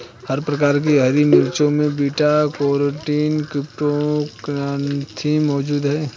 हर प्रकार की हरी मिर्चों में बीटा कैरोटीन क्रीप्टोक्सान्थिन मौजूद हैं